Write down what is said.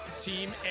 team